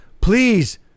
Please